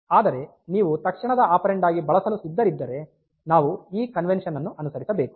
ಆದರೆ ನೀವು ತಕ್ಷಣದ ಆಪೆರಾನ್ಡ್ ಆಗಿ ಬಳಸಲು ಸಿದ್ಧರಿದ್ದರೆ ನಾವು ಈ ಕನ್ವೆನ್ಷನ್ ಅನ್ನು ಅನುಸರಿಸಬೇಕು